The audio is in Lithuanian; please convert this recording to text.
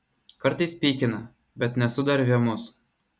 kartais pykina bet nesu dar vėmus